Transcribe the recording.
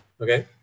okay